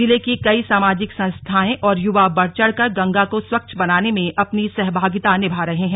जिले की कईं सामजिक संस्थांए और युवा बढ़ चढ़कर गंगा को स्वच्छ बनाने में अपनी सहभागिता निभा रहे हैं